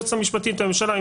והיועצת המשפטית לממשלה,